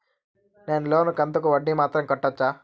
నేను లోను కంతుకు వడ్డీ మాత్రం కట్టొచ్చా?